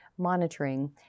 monitoring